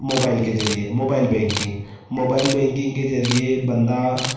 mobile के जरिए mobile banking mobile banking के जरिए बन्दा